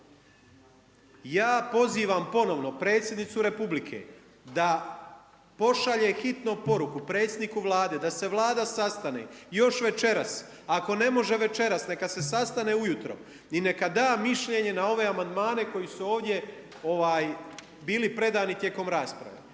Ja pozivam ponovno, Predsjednicu Republike, da pošalje hitno poruku predsjedniku Vlade, da se Vlada sastane još večeras. Ako ne može večeras, neka se sastane ujutro i neka da mišljenje na ove amandmane koji su ovdje bili predani tijekom rasprave.